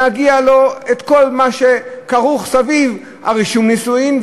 מגיע לו כל מה שכרוך ברישום הנישואין,